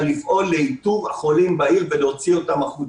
לפעול לאיתור החולים בעיר ולהוציא אותם החוצה.